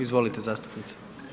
Izvolite zastupnice.